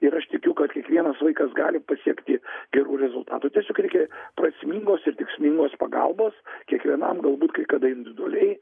ir aš tikiu kad kiekvienas vaikas gali pasiekti gerų rezultatų tiesiog reikia prasmingos ir tikslingos pagalbos kiekvienam galbūt kai kada individualiai